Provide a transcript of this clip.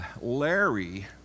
Larry